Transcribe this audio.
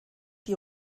die